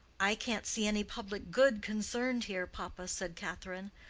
i can't see any public good concerned here, papa, said catherine.